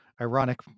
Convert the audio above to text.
ironic